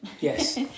Yes